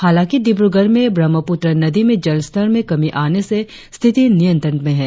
हालाकि डिब्रगढ़ में ब्रह्मपुत्र नदी में जलस्तर में कमी आने से स्थिति नियंत्रण में है